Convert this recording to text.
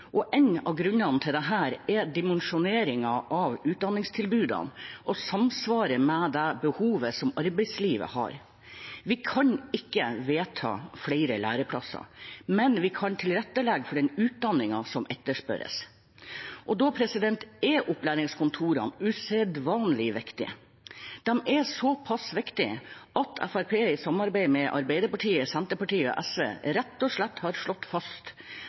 En av grunnene til dette er dimensjoneringen av utdanningstilbudene og samsvaret med det behovet som arbeidslivet har. Vi kan ikke vedta flere læreplasser, men vi kan tilrettelegge for den utdanningen som etterspørres. Da er opplæringskontorene usedvanlig viktige. De er så pass viktige at Fremskrittspartiet i samarbeid med Arbeiderpartiet, Senterpartiet og SV rett og slett har slått fast